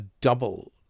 double